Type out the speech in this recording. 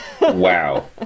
Wow